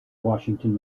washington